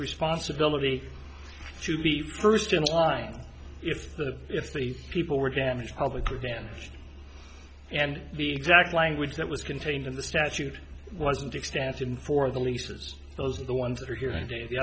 responsibility to be first in line if the if these people were damaged public you dan and the exact language that was contained in the statute wasn't expansive for the leases those are the ones that are here